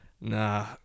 Nah